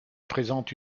présente